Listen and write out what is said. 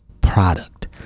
product